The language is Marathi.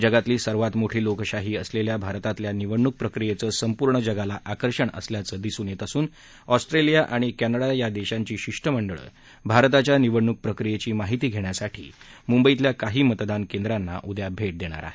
जगातली सर्वात मोठी लोकशाही असलेल्या भारतातल्या निवडणूक प्रक्रियेचं संपूर्ण जगाला आकर्षण असल्याचं दिसून येत असून ऑस्ट्रेलिया आणि कॅनडा या देशांची शिष्टमंडळं भारताच्या निवडणूक प्रक्रियेची माहिती घेण्यासाठी मुंबईतल्या काही मतदान केंद्रांना उद्या भेट देणार आहेत